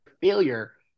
failure